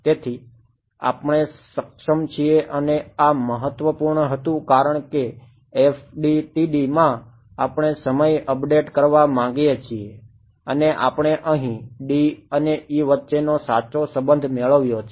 તેથી આપણે સક્ષમ છીએ અને આ મહત્વપૂર્ણ હતું કારણ કે FDTDમાં આપણે સમય અપડેટ કરવા માંગીએ છીએ અને આપણે અહીં D અને E વચ્ચેનો સાચો સંબંધ મેળવ્યો છે